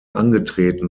angetreten